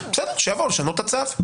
בסדר, שיבואו לשנות את הצו.